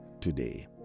today